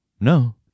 no